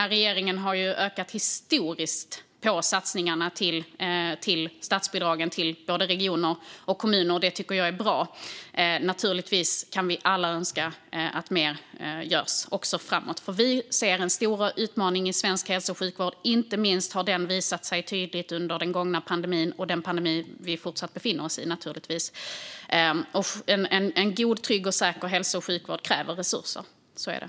Regeringen har gjort historiska ökningar på statsbidragen till både regioner och kommuner, och det tycker jag är bra. Naturligtvis kan vi alla önska att mer görs även framöver. Vi ser en stor utmaning inom svensk hälso och sjukvård. Den har visat sig tydlig inte minst under pandemin, som vi ju fortsatt befinner oss i. En god, trygg och säker hälso och sjukvård kräver resurser. Så är det.